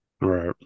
Right